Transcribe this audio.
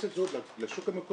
יש את האפשרות לשוק המקומי,